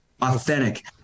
authentic